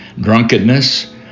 drunkenness